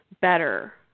better